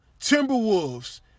Timberwolves